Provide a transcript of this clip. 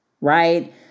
right